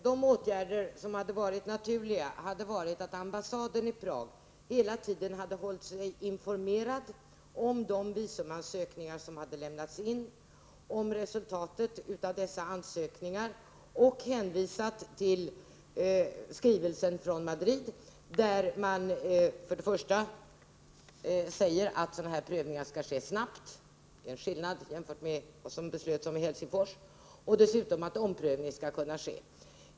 Herr talman! De naturliga åtgärderna skulle ha varit att ambassaden i Prag hela tiden hade hållit sig informerad om de visumansökningar som hade lämnats in och om resultatet av dessa ansökningar samt hänvisat till skrivelsen från Madrid. Där sägs för det första att sådana här prövningar skall ske snabbt — det är en skillnad jämfört med vad som beslöts i Helsingfors — och för det andra att omprövning skall kunna ske.